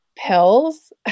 pills